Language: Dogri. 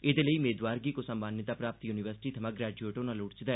एह्दे लेई मेदवार गी कुसा मान्यताप्राप्त युनिवर्सिटी थमां ग्रैजुएट होना लोड़चदा